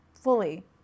fully